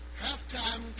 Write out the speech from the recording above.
Halftime